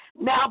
now